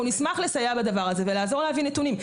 אנחנו נשמח לסייע בדבר הזה ולעזור להביא נתונים.